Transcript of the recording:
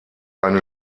eine